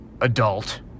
Adult